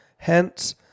Hence